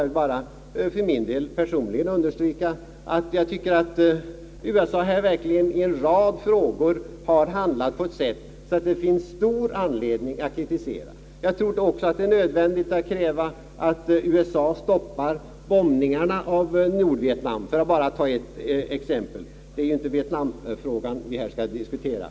Jag vill bara personligen understryka, att jag tycker att USA verkligen i en rad frågor i detta sammanhang har handlat på ett sätt som det finns stor anledning att kritisera. Jag tror också att det är nödvändigt att kräva att USA stoppar bombningarna i Nordvietnam, för att ta ett exempel — det är ju inte vietnamfrågan vi här skall diskutera.